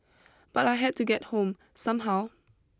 but I had to get home somehow